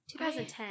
2010